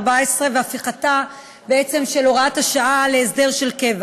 ובעצם הפיכת הוראת השעה להסדר של קבע.